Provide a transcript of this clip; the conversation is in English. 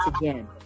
again